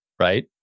right